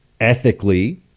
ethically